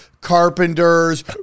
carpenters